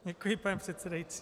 Děkuji, pane předsedající.